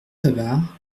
savart